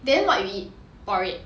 then what you eat porridge